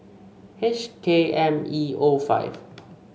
H K M E O five